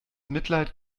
mitleid